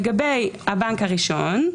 לגבי הבנק הראשון,